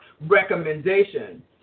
recommendation